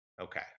Okay